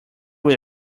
will